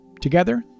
Together